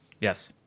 Yes